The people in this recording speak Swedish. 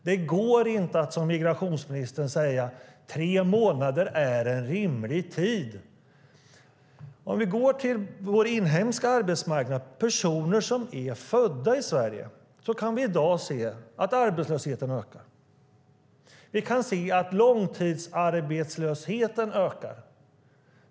Det går inte att, som migrationsministern gör, säga att tre månader är en rimlig tid. Om vi går till vår inhemska arbetsmarknad, personer som är födda i Sverige, kan vi i dag se att arbetslösheten ökar. Vi kan se att långtidsarbetslösheten ökar.